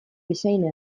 bezain